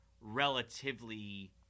relatively